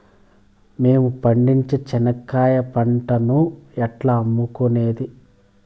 మేము పండించే చెనక్కాయ పంటను ఎట్లా అమ్ముకునేది?